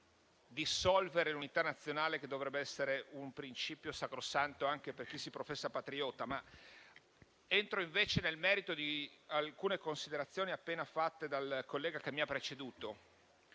del dissolvere l'unità nazionale, che dovrebbe essere un principio sacrosanto anche per chi si professa patriota. Entro invece nel merito di alcune considerazioni appena fatte dal collega che mi ha preceduto.